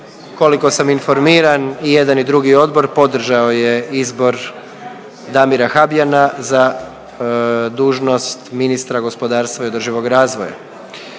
Koliko sam informiran, i jedan i drugi odbor podržao je izbor Damira Habijana za dužnost ministra gospodarstva i održivog razvoja.